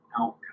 outcome